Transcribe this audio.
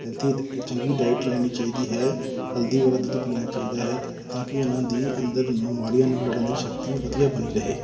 healthy ਚੰਗੀ diet ਲੈਣੀ ਚਾਹੀਦੀ ਹੈ ਹਲਦੀ ਵਾਲਾ ਦੁੱਧ ਪੀਣਾ ਚਾਹੀਦਾ ਹੈ ਤਾਂ ਕਿ ਉਹਨਾਂ ਦੀ ਅੰਦਰ ਬਿਮਾਰੀਆਂ ਨੂੰ ਲੜਨ ਦੀ ਸ਼ਕਤੀ ਵਧੀਆ ਬਣੀ ਰਹੇ